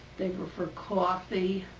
they were for coffee.